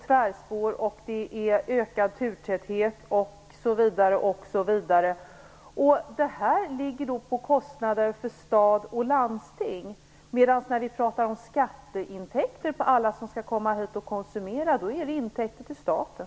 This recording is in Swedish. Det handlar om tvärspår, ökad turtäthet osv. Detta är kostnader för stad och landsting. När vi pratar om skatteintäkter från alla som skall komma hit och konsumera handlar det om intäkter till staten.